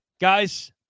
Guys